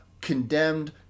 condemned